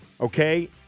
Okay